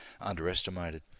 underestimated